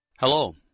Hello